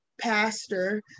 pastor